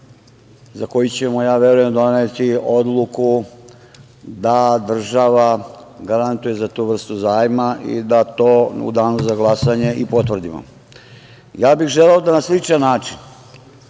za koji ćemo, ja verujem, doneti odluku da država garantuje za tu vrstu zajma i da to u danu za glasanje i potvrdimo. Želeo bih da na sličan način,